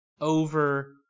over